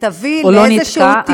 ותביא לאיזה טיפול, השעון נתקע.